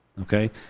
Okay